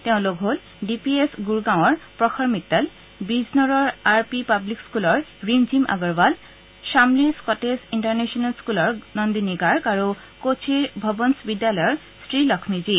তেওঁলোক হ'ল D P S গুৰগাঁৱৰ প্ৰখৰ মিট্টল বিজনোৰৰ আৰ পি পাব্লিক স্কুলৰ ৰিমঝিম আগৰৱাল খামলীৰ স্কটেজ ইণ্টাৰনেশ্যনল স্কুলৰ নন্দনী গাৰ্গ আৰু কোচিৰ ভবনছ বিদ্যালয়ৰ শ্ৰীলক্ষ্মী জি